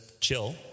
chill